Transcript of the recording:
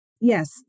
Yes